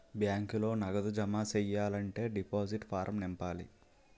బ్యాంకులో నగదు జమ సెయ్యాలంటే డిపాజిట్ ఫారం నింపాల